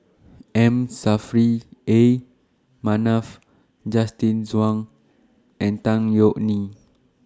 M Saffri A Manaf Justin Zhuang and Tan Yeok Nee